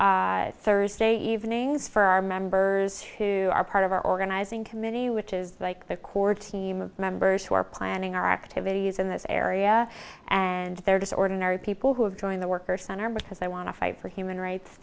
on thursday evenings for our members who are part of our organizing committee which is like the core team of members who are planning our activities in this area and they're just ordinary people who have joined the workers center because they want to fight for human rights